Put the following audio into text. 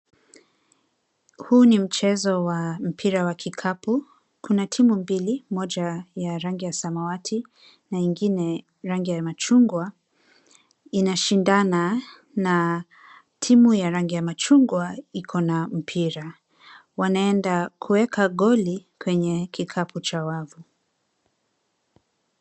Huu ni mchezo wa mpira wa kikapu. Kuna timu mbili, moja ya rangi ya samawati na ingine rangi ya machungwa, inashindana na timu ya rangi ya machungwa ikona mpira. Wanaenda kuweka goli kwenye kikapu cha wavu.